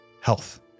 health